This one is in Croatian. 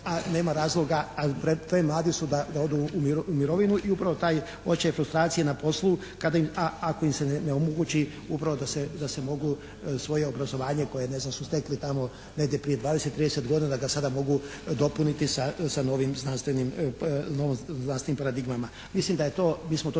a nema razloga, a premladi su da odu u mirovinu i upravo te opće frustracije na poslu kada im, ako im se ne omogući upravo da se mogu svoje obrazovanje koje su ne znam stekli tamo negdje prije 20-30 godina da ga sada mogu dopuniti sa novim znanstvenim paradigmama. Mislim da je to, mi smo to